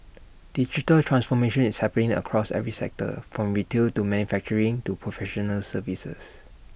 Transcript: digital transformation is happening across every sector from retail to manufacturing to professional services